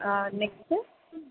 next